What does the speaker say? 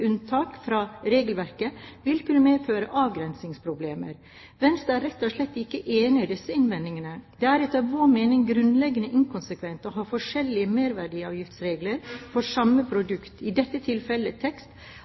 unntak fra regelverket vil kunne medføre avgrensningsproblemer. Venstre er rett og slett ikke enig i disse innvendingene. Det er etter vår mening grunnleggende inkonsekvent å ha forskjellige merverdiavgiftsregler for samme produkt – i dette tilfellet tekst